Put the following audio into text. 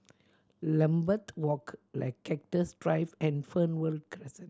Lambeth Walk Cactus Drive and Fernvale Crescent